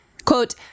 Quote